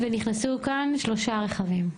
ונכנסו כאן שלושה רכבים.